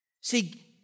See